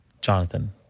Jonathan